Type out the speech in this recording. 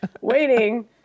waiting